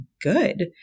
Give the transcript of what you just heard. good